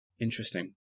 Interesting